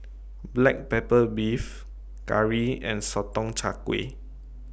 Black Pepper Beef Curry and Sotong Char Kway